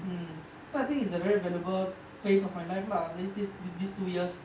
mm so I think it's a very valuable phase of my life lah this this this this two years